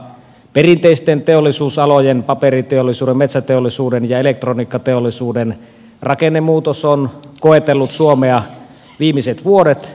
perinteisten teollisuusalojen paperiteollisuuden metsäteollisuuden ja elektroniikkateollisuuden rakennemuutos on koetellut suomea viimeiset vuodet